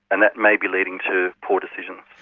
and that may be leading to poor decisions.